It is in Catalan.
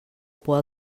por